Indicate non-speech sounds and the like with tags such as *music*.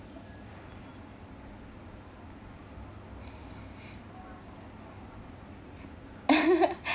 *laughs*